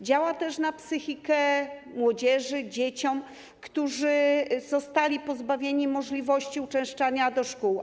Działa też na psychikę młodzieży, dzieci, którzy zostali pozbawieni możliwości uczęszczania do szkół.